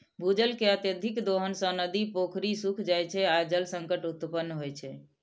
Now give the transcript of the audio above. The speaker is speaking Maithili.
भूजल के अत्यधिक दोहन सं नदी, पोखरि सूखि जाइ छै आ जल संकट उत्पन्न होइ छै